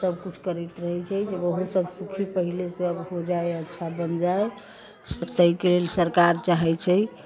सभकिछु करैत रहै छै जे ओहोसभ सुखी पहिनेसँ हो जाय अच्छा बनि जाय सभ ताहिके लेल सरकार चाहै छै